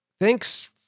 Thanks